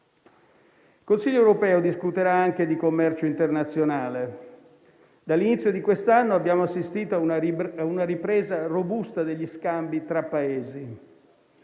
Il Consiglio europeo discuterà anche di commercio internazionale. Dall'inizio di quest'anno abbiamo assistito a una ripresa robusta degli scambi tra Paesi.